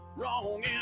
wrong